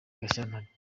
gashyantare